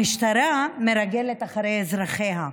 המשטרה מרגלת אחרי אזרחיה,